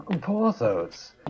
Porthos